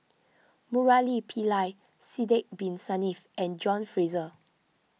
Murali Pillai Sidek Bin Saniff and John Fraser